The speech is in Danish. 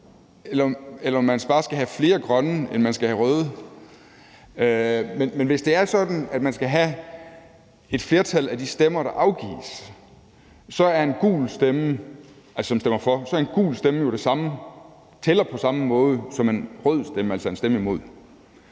eller om man bare skal have flere grønne stemmer end røde. Men hvis det er sådan, at man skal have et flertal af de stemmer, der afgives, tæller en gul stemme på samme måde som en rød stemme, altså en stemme imod.